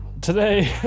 today